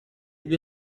due